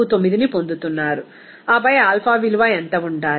49ని పొందుతున్నారు ఆపై ఆల్ఫా విలువ ఎంత ఉండాలి